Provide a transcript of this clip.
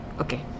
Okay